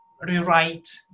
rewrite